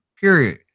period